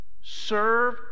serve